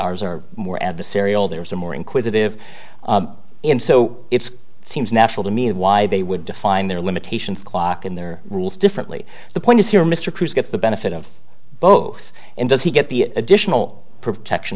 ours are more adversarial there are more inquisitive and so it's seems natural to me of why they would define their limitations clock and their rules differently the point is here mr cruz gets the benefit of both and does he get the additional protection